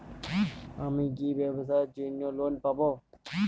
আমি কি ব্যবসার জন্য লোন পাব?